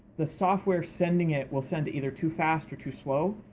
the software sending it will send it either too fast or too slow,